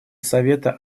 совета